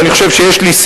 אני מצטט מצביקה